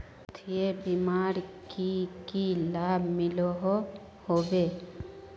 स्वास्थ्य बीमार की की लाभ मिलोहो होबे?